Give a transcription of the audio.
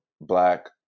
black